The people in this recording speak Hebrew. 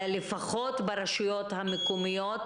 לפחות ברשויות המקומיות